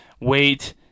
wait